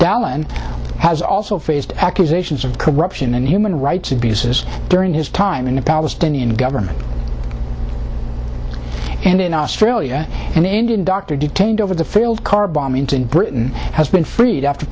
allen has also faced accusations of corruption and human rights abuses during his time in the palestinian government and in australia an indian doctor detained over the failed car bombing in britain has been freed after